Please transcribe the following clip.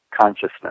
consciousness